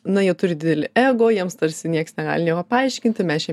na jie turi didelį ego jiems tarsi nieks negali nieko paaiškinti mes čia